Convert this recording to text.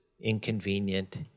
inconvenient